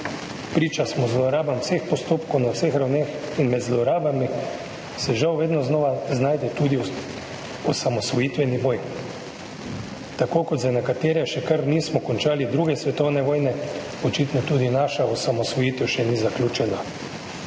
Priča smo zlorabam vseh postopkov na vseh ravneh in med zlorabami se žal vedno znova znajde tudi osamosvojitveni boj. Tako kot za nekatere še kar nismo končali druge svetovne vojne, očitno tudi naša osamosvojitev še ni zaključena.